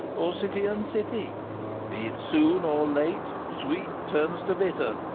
or city and city be it soon or late, sweet turns to bitter,